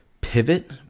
pivot